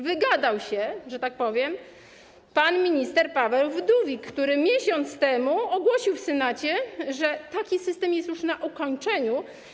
Wygadał się, że tak powiem, pan minister Paweł Wdówik, który miesiąc temu ogłosił w Senacie, że taki system jest już na ukończeniu.